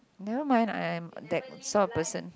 never mind I am that sort of person